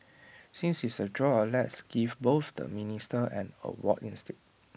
since it's A draw let's give both the ministers an award instead